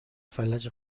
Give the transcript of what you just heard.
فلج